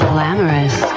Glamorous